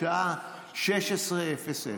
בשעה 16:00,